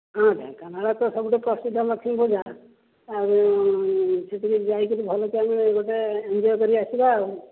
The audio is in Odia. ହଁ ଢେଙ୍କାନାଳ ତ ସବୁଠୁ ପ୍ରସିଦ୍ଧ ଲକ୍ଷ୍ମୀପୂଜା ଆଉ ସେଠିକି ଯାଇକରି ଭଲସେ ଗୋଟେ ଏଞ୍ଜୟ କରିକି ଆସିବା ଆଉ